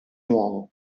nuovo